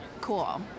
Cool